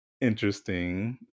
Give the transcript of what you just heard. interesting